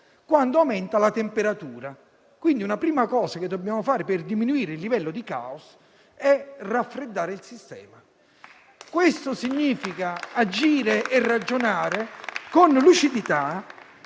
quando aumenta la temperatura. Quindi, una prima cosa che dobbiamo fare per diminuire il livello di caos è raffreddare il sistema. Questo significa agire e ragionare con lucidità